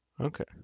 Okay